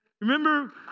Remember